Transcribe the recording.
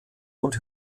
und